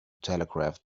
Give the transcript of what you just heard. telegraph